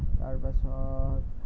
তাৰপাছত